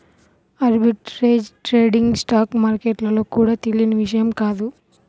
arbitrage trading stock మార్కెట్లలో కూడా తెలియని విషయం కాదు